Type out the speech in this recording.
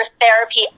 therapy